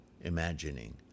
imagining